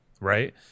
right